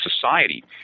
society